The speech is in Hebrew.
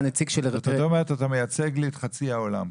זאת אומרת, אתה מייצג לי את חצי העולם פה.